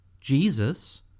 Jesus